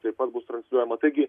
taip pat bus transliuojama taigi